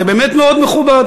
זה באמת מאוד מכובד,